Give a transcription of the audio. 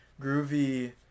groovy